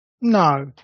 No